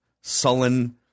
sullen